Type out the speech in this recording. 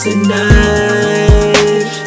Tonight